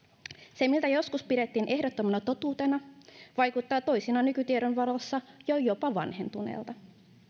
se mitä joskus pidettiin ehdottomana totuutena vaikuttaa toisinaan nykytiedon valossa jo jopa vanhentuneelta